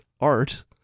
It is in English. art